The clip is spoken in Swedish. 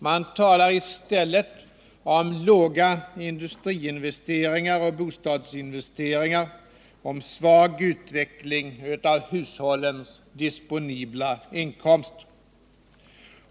Man talar i stället om låga industriinvesteringar och bostadsinvesteringar, om svag utveckling av hushållens disponibla inkomster.